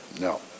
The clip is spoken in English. no